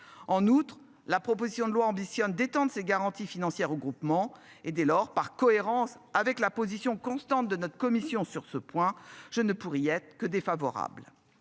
En outre, la proposition de loi ambitionne détendre ces garanties financières regroupement et dès lors, par cohérence avec la position constante de notre commission sur ce point je ne pour y être que défavorable.